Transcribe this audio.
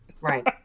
right